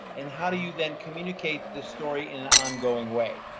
and how do you then communicate the story in an ongoing way?